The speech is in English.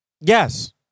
Yes